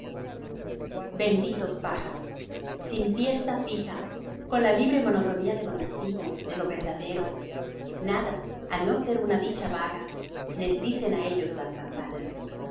benditos pájaros sin fiesta fija con la libre monotonía de lo nativo de lo verdadero nada á no ser una dicha vaga les dicen á ellos las campanas